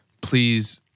please